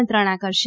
મંત્રણા કરશે